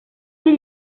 fer